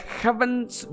heavens